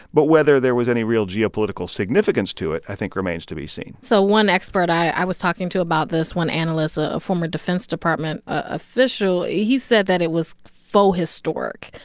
but whether there was any real geopolitical significance to it, i think, remains to be seen so one expert i was talking to about this one analyst, a former defense department official he said that it was faux historic.